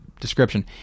description